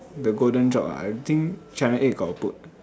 the golden job ah I think channel eight got put